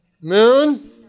moon